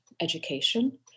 education